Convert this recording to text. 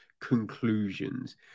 conclusions